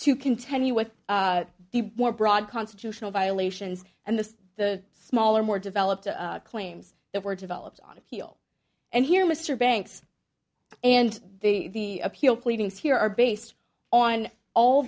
to continue with the more broad constitutional violations and the the smaller more developed claims that were developed on appeal and here mr banks and the appeal pleadings here are based on all